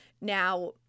Now